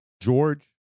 George